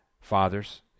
fathers